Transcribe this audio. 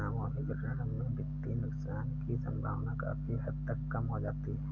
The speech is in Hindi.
सामूहिक ऋण में वित्तीय नुकसान की सम्भावना काफी हद तक कम हो जाती है